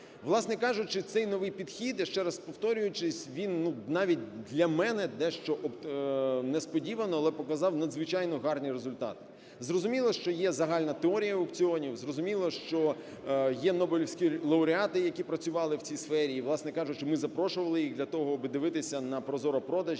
Власне кажучи, це новий підхід, я ще раз повторюю, він навіть для мене дещо несподівано, але показав надзвичайно гарні результати. Зрозуміло, що є загальна теорія аукціонів, зрозуміло, що є нобелівські лауреати, які працювали в цій сфері. І, власне кажучи, ми запрошували їх для того, аби дивитися наProZorro. Продажі